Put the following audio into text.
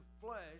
flesh